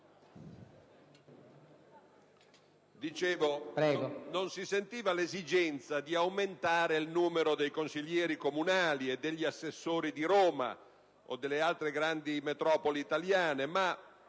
dicevo, non si sentiva l'esigenza di aumentare il numero dei consiglieri comunali e degli assessori di Roma o delle altri grandi metropoli italiane, ma